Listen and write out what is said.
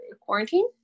quarantine